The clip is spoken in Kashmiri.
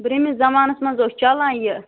برٛونٛہمِس زَمانَس منٛز اوس چَلان یہِ